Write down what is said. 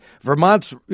Vermont's